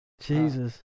Jesus